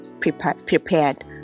prepared